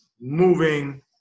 moving